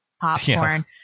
popcorn